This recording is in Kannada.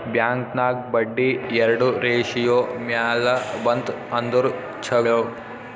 ಬ್ಯಾಂಕ್ ನಾಗ್ ಬಡ್ಡಿ ಎರಡು ರೇಶಿಯೋ ಮ್ಯಾಲ ಬಂತ್ ಅಂದುರ್ ಛಲೋ